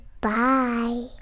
Bye